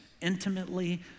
Intimately